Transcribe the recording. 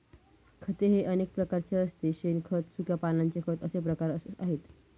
खत हे अनेक प्रकारचे असते शेणखत, सुक्या पानांचे खत असे प्रकार आहेत